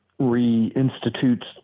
reinstitutes